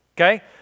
okay